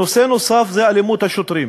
נושא נוסף הוא אלימות השוטרים.